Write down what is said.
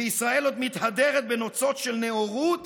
וישראל עוד מתהדרת בנוצות של נאורות